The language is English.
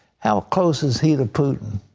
how close is he to putin?